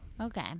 Okay